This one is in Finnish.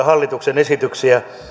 hallituksen esityksiä